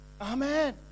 Amen